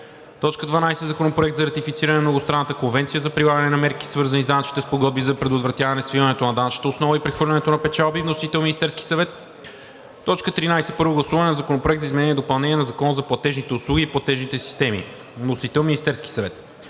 г. 12. Законопроект за ратифициране на Многостранната конвенция за прилагане на мерки, свързани с данъчните спогодби, за предотвратяване свиването на данъчната основа и прехвърлянето на печалби. Вносител е Министерският съвет на 15 април 2022 г. 13. Първо гласуване на Законопроекта за изменение и допълнение на Закона за платежните услуги и платежните системи. Вносител е Министерският съвет